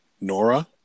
Nora